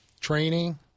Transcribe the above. training